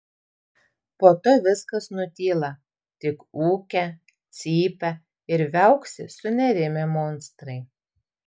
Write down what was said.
po to viskas nutyla tik ūkia cypia ir viauksi sunerimę monstrai